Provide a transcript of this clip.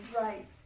right